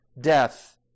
death